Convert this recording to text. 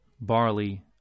barley